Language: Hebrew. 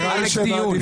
עאלק דיון.